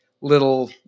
little